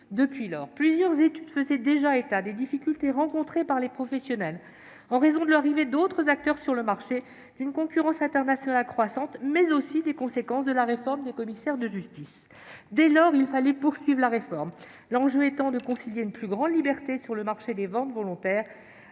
depuis lors. Plusieurs études faisaient état des difficultés rencontrées par les professionnels en raison de l'arrivée d'autres acteurs sur le marché, d'une concurrence internationale croissante, mais aussi des conséquences de la réforme des commissaires de justice. Dès lors, il fallait poursuivre la réforme, l'enjeu étant de concilier une plus grande liberté sur le marché des ventes volontaires